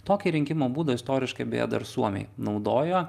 tokį rinkimo būdą istoriškai beje dar suomiai naudojo